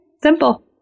Simple